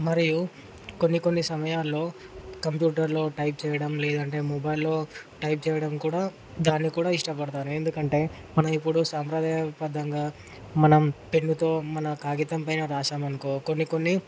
మరియు కొన్ని కొన్ని సమయాల్లో కంప్యూటర్లో టైప్ చేయడం లేదంటే మొబైల్లో టైప్ చేయడం కూడా దాన్ని కూడా ఇష్టపడతాను ఎందుకంటే మనం ఎప్పుడో సాంప్రదాయ బద్ధంగా మనం పెన్నుతో మన కాగితంపైన రాసాము అనుకో కొన్నికొన్ని